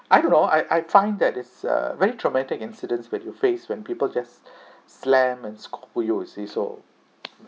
I don't know I I find that is uh very traumatic incidents when you face when people just slam and scold you you see so